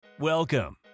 Welcome